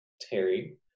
Terry